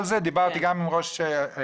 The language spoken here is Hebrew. דיברתי גם עם ראש המל"ל,